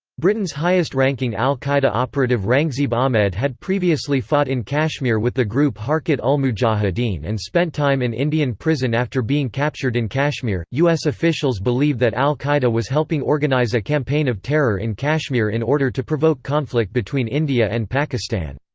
britain's highest-ranking al-qaeda operative rangzieb ahmed had previously fought in kashmir with the group harkat-ul-mujahideen and spent time in indian prison after being captured in kashmir us officials believe that al-qaeda was helping organize a campaign of terror in kashmir in order to provoke conflict between india and pakistan.